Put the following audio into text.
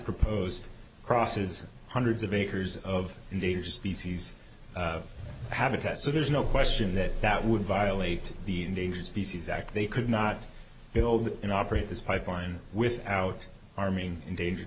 proposed crosses hundreds of acres of endangered species habitat so there's no question that that would violate the endangered species act they could not build and operate this pipeline without harming endangered